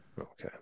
okay